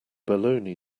baloney